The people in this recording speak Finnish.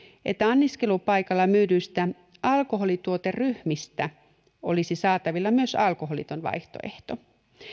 että anniskelupaikalla myydyistä alkoholituoteryhmistä olisi saatavilla myös alkoholiton vaihtoehto